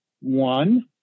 One